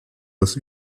des